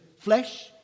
flesh